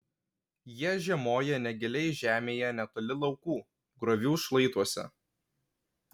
jie žiemoja negiliai žemėje netoli laukų griovių šlaituose